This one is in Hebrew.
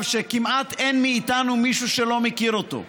שכמעט אין מאיתנו מישהו שלא מכיר אותו.